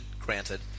granted